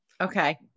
Okay